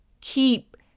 keep